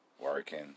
working